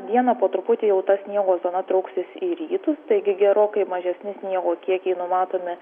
dieną po truputį jau ta sniego zona trauksis į rytus taigi gerokai mažesni sniego kiekiai numatomi